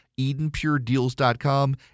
EdenPureDeals.com